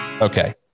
Okay